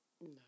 No